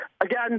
again